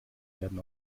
werden